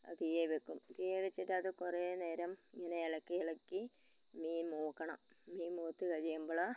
തീയേ വയ്ക്കും തീയേ വെച്ചിട്ടത് കുറേ നേരം ഇങ്ങനെ ഉളക്കിയിളക്കി മീൻ മൂക്കണം മീൻ മൂത്തു കഴിയുമ്പോള്